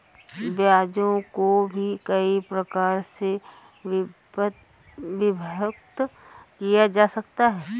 ब्याजों को भी कई प्रकार से विभक्त किया जा सकता है